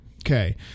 Okay